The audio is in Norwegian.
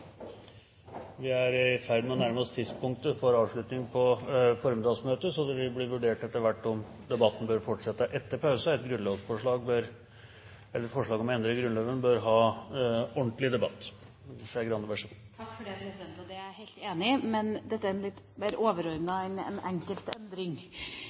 Vi er i ferd med å nærme oss tidspunktet for avslutning på formiddagens møte, så det vil etter hvert bli vurdert om debatten bør fortsette etter pausen. Forslag om endringer i Grunnloven bør ha ordentlig debatt. Det er jeg helt enig i. Men dette er litt mer overordnet enn en enkeltendring. Jeg